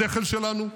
בשכל שלנו,